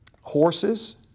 horses